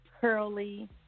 curly